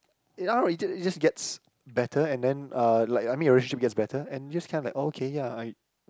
in all you just gets better and then uh like I mean your relationship just gets better and just kinda okay ya I